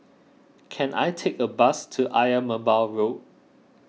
can I take a bus to Ayer Merbau Road